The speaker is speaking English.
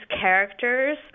characters